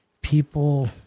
people